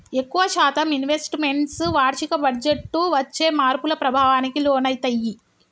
ఎక్కువ శాతం investments వార్షిక బడ్జెట్టు వచ్చే మార్పుల ప్రభావానికి లోనయితయ్యి